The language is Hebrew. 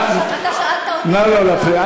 אתה שאלת אותי, נא לא להפריע.